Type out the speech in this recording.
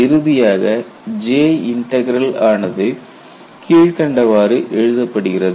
இறுதியாக J integral ஆனது கீழ்க்கண்டவாறு எழுதப்படுகிறது